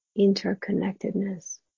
interconnectedness